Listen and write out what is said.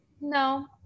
No